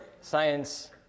science